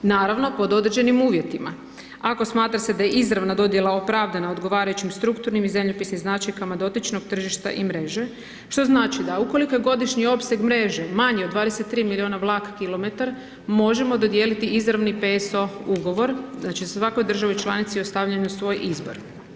Naravno, pod određenim uvjetima ako smatra se da je izravna dodjela opravdana odgovarajućim strukturnim i zemljopisnim značajkama dotičnog tržišta i mreže što znači da ukoliko je godišnji opseg mreže manji od 23 miliona vlak kilometar, možemo dodijeliti izravni PSO ugovor, znači svakoj državi članici ostavljeno na svoj izbor.